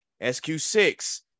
SQ6